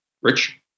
Rich